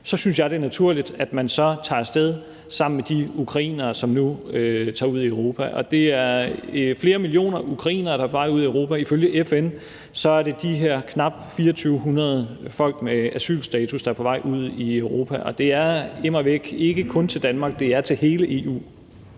jeg synes, det er naturligt, at man tager af sted sammen med de ukrainere, som nu tager ud i Europa, og det er flere millioner ukrainere, der er på vej ud i Europa, og ifølge FN er det de her knap 2.400 folk med asylstatus, der er på vej ud i Europa, og det er immer væk ikke kun til Danmark, det er til hele EU.